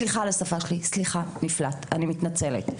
סליחה על השפה שלי, סליחה, נפלט, אני מתנצלת.